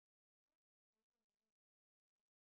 what children doing at a farm